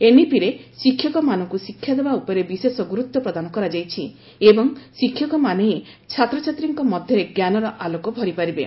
ଏନ୍ଇପିରେ ଶିକ୍ଷକମାନଙ୍କୁ ଶିକ୍ଷା ଦେବା ଉପରେ ବିଶେଷ ଗୁରୁତ୍ୱ ପ୍ରଦାନ କରାଯାଇଛି ଏବଂ ଶିକ୍ଷକମାନେ ହିଁ ଛାତ୍ରଛାତ୍ରୀଙ୍କ ମଧ୍ୟରେ ଜ୍ଞାନର ଆଲୋକ ଭରିପାରିବେ